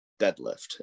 deadlift